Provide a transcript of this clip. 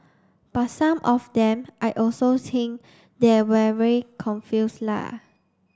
but some of them I also think they are very confuse la